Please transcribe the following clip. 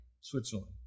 Switzerland